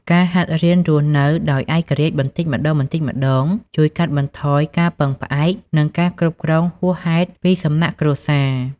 ការហាត់រៀនរស់នៅដោយឯករាជ្យបន្តិចម្តងៗ ជួយកាត់បន្ថយការពឹងផ្អែក និងការគ្រប់គ្រងហួសហេតុពីសំណាក់គ្រួសារ។